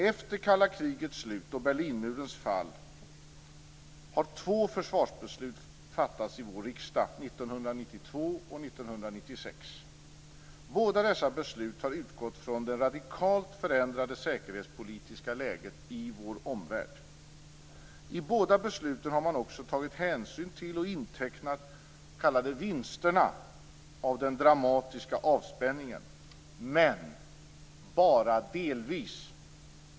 Efter kalla krigets slut och Berlinmurens fall har två försvarsbeslut fattats i vår riksdag, Båda dessa beslut har utgått från det radikalt förändrade säkerhetspolitiska läget i vår omvärld. I båda besluten har man också tagit hänsyn till och intecknat de s.k. vinsterna av den dramatiska avspänningen - men bara delvis.